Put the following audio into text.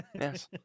yes